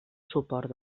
suport